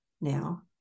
now